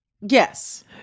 Yes